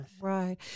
Right